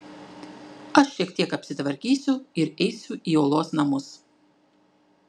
aš šiek tiek apsitvarkysiu ir eisiu į uolos namus